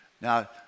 Now